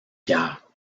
pierre